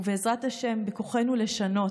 ובעזרת השם, בכוחנו לשנות.